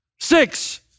Six